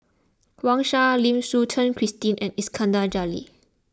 Wang Sha Lim Suchen Christine and Iskandar Jalil